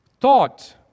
thought